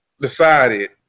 decided